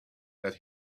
that